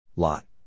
Lot